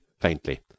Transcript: faintly